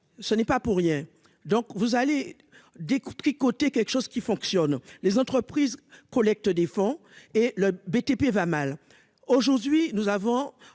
ce n'est pas pour rien, donc vous allez des tricoté quelque chose qui fonctionne, les entreprises collectent des fonds et le BTP va mal aujourd'hui, nous avons